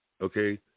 okay